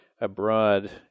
abroad